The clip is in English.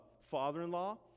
father-in-law